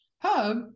hub